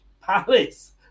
Palace